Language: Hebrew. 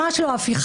ממש לא הפיכה.